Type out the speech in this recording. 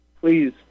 Please